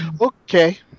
Okay